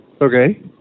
Okay